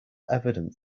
evident